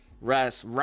rest